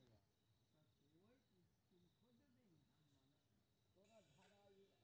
हम बी.ए केनै छी बताबु की कोन कोन योजना के लाभ हमरा भेट सकै ये?